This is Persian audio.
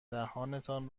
دهانتان